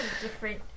different